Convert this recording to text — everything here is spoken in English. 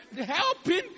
helping